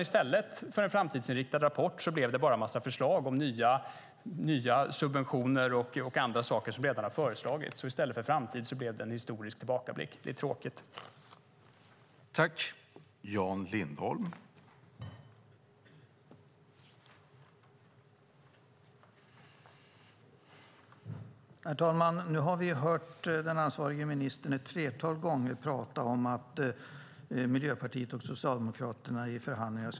I stället för en framtidsinriktad rapport blev det bara en massa förslag om nya subventioner och andra saker som redan har föreslagits. I stället för framtid blev det en historisk tillbakablick.